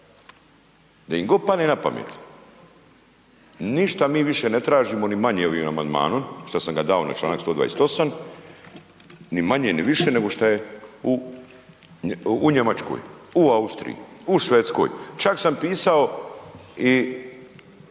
im god padne na pamet. Ništa mi više ne tražimo ni manje ovim amandmanom što sam ga dao na čl. 128., ni manje ni više nego što je u Njemačkoj, u Austriji, u Švedskoj, čak sam pisao i